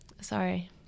Sorry